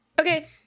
Okay